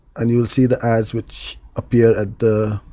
and you'll see the ads which appear at the